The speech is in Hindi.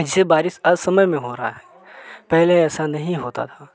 जिससे बारिश असमय में हो रहा है पहले ऐसा नहीं होता था